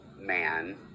man